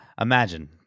Imagine